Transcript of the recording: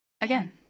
Again